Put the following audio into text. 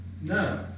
No